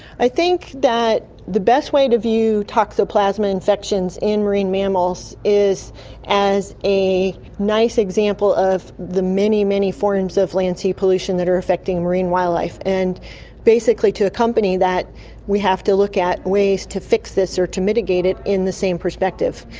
i think that the best way to view toxoplasma infections in marine mammals is as a nice example of the many, many forms of land-sea pollution that are affecting marine wildlife. and basically to accompany that we have to look at ways to fix this or to mitigate it in the same perspective.